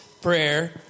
prayer